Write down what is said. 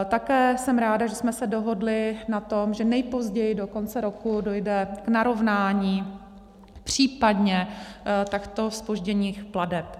Také jsem ráda, že jsme se dohodli na tom, že nejpozději do konce roku dojde k narovnání případně takto zpožděných plateb.